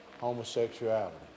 homosexuality